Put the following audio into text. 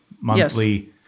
Monthly